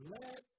let